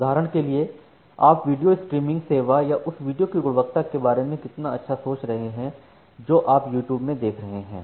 उदाहरण के लिए आप वीडियो स्ट्रीमिंग सेवा या उस वीडियो की गुणवत्ता के बारे में कितना अच्छा सोच रहे हैं जो आप यूट्यूब में देख रहे हैं